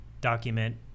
document